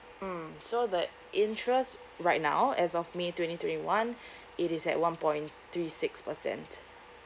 mm so that interest right now as of may twenty twenty one it is at one point three six percent